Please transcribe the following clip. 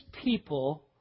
people